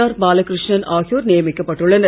R Balakrishnan ஆகியோர் நியமிக்கப்பட்டுள்ளனர்